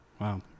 Wow